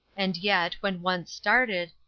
and yet, when once started,